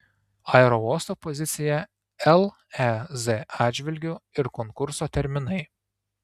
aerouosto pozicija lez atžvilgiu ir konkurso terminai